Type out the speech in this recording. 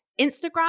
Instagram